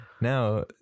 now